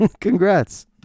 congrats